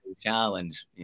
challenge